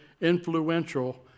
influential